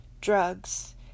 drugs